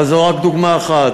אבל זו רק דוגמה אחת.